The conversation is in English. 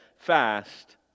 Fast